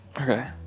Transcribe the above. Okay